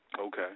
Okay